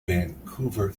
vancouver